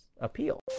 appeal